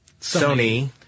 Sony